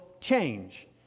change